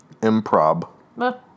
improv